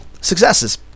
successes